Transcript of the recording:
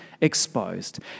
Exposed